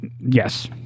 Yes